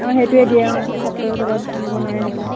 অঁ সেইটোৱে দিয়ে অঁ তাতকো আনিব নোৱাৰে সেইবিলাক